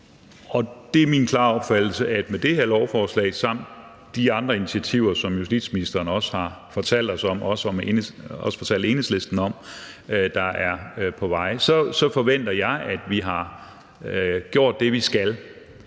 Det er min klare opfattelse, at med det her lovforslag samt de andre initiativer, som justitsministeren har fortalt os om, også Enhedslisten, er på vej, så forventer jeg, at vi har gjort det, vi skal.